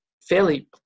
fairly